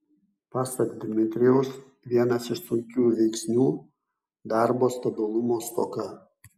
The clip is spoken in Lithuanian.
pasak dmitrijaus vienas iš sunkiųjų veiksnių darbo stabilumo stoka